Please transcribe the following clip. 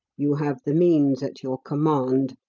you have the means at your command.